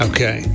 Okay